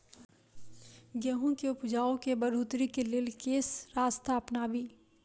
गेंहूँ केँ उपजाउ केँ बढ़ोतरी केँ लेल केँ रास्ता अपनाबी?